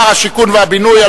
שר השיכון והבינוי,